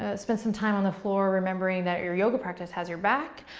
ah spend some time on the floor remembering that your yoga practice has your back.